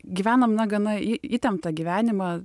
gyvenam na gana į įtemptą gyvenimą